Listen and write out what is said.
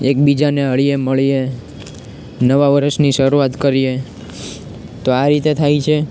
એકબીજાને હળીએ મળીએ નવા વર્ષની શરૂઆત કરીએ તો આ રીતે થાય છે